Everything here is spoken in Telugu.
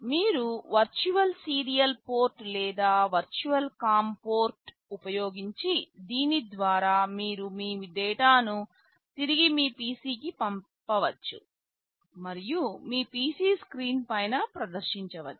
మీరు వర్చువల్ సీరియల్ పోర్ట్ లేదా వర్చువల్ కామ్ పోర్ట్ను ఉపయోగించి దీని ద్వారా మీరు మీ డేటాను తిరిగి మీ PC కి పంపవచ్చు మరియు మీ PC స్క్రీన్ పైన ప్రదర్శించవచ్చు